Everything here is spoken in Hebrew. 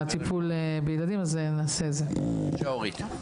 בבקשה, אורית.